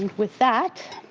with that,